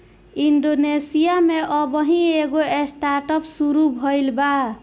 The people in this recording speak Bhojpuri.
इंडोनेशिया में अबही एगो स्टार्टअप शुरू भईल बा